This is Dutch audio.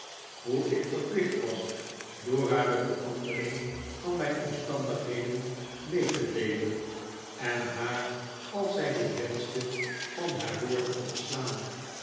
hoe ik verplicht was dora de vefandering van mijn omstandigheden mee te deelen en haar als zij dit wenschte van haar woord te ontslaan